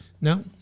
No